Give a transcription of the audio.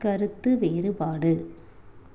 கருத்து வேறுபாடு